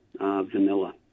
vanilla